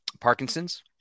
Parkinson's